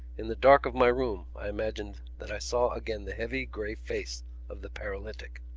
in the dark of my room i imagined that i saw again the heavy grey face of the paralytic.